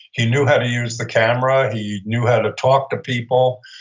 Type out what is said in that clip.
he knew how to use the camera, he knew how to talk to people,